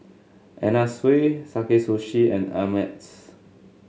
Anna Sui Sakae Sushi and Ameltz